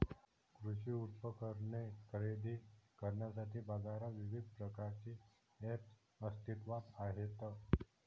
कृषी उपकरणे खरेदी करण्यासाठी बाजारात विविध प्रकारचे ऐप्स अस्तित्त्वात आहेत